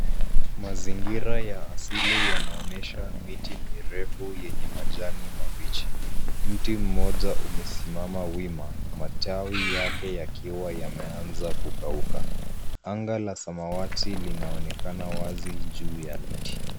Mazingira ya asili yanaonesha miti mirefu yenye majani mabichi. Mti mmoja umesimama wima, matawi yake yakiwa yameanza kukauka. Anga la samawati linaonekana wazi juu ya miti.